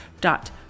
dot